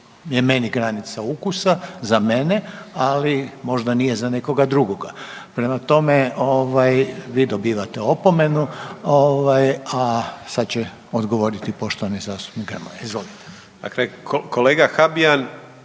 je meni granica ukusa za mene, ali možda nije za nekoga drugoga. Prema tome, vi dobivate opomenu, a sad će odgovoriti poštovani zastupnik Grmoja. Izvolite. **Grmoja,